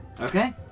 Okay